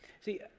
See